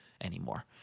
anymore